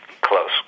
close